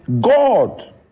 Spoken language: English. God